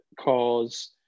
cause